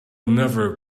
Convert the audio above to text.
never